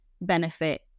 benefit